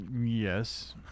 Yes